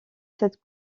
cette